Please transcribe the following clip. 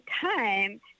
time